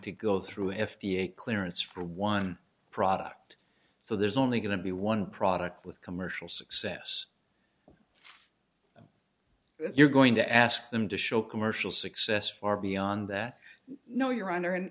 to go through f d a clearance for one product so there's only going to be one product with commercial success you're going to ask them to show commercial success far beyond that no your honor and